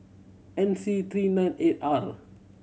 N C three nine eight R